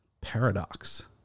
paradox